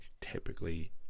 typically